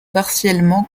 partiellement